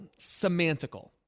semantical